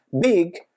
big